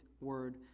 word